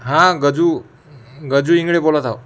हां गजू गजू इंगळे बोलत आहे